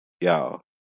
y'all